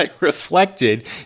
reflected